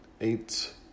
eight